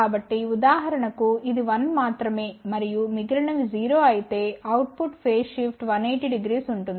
కాబట్టి ఉదాహరణకు ఇది 1 మాత్రమే మరియు మిగిలినవి 0 అయితే అవుట్ పుట్ ఫేజ్ షిఫ్ట్1800 ఉంటుంది